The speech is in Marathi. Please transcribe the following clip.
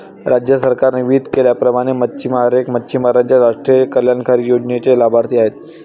राज्य सरकारने विहित केल्याप्रमाणे मच्छिमार हे मच्छिमारांच्या राष्ट्रीय कल्याणकारी योजनेचे लाभार्थी आहेत